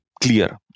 clear